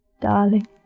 darling